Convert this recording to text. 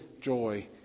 joy